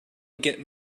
get